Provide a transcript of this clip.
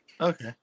Okay